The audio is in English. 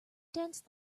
danced